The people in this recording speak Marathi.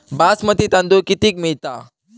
बासमती तांदूळ कितीक मिळता?